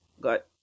Got